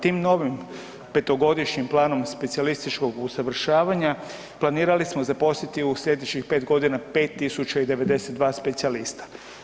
Tim novim petogodišnjim Planom specijalističkog usavršavanja planirali smo zaposliti u sljedećih pet godina 5.092 specijalista.